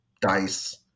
dice